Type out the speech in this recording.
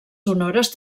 sonores